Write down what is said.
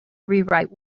rewrite